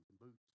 boots